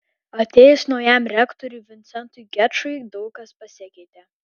atėjus naujam rektoriui vincentui gečui daug kas pasikeitė